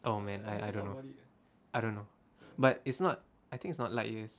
oh man I I don't know I don't know but it's not I think it's not light years